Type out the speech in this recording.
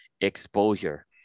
exposure